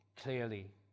clearly